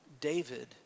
David